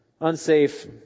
unsafe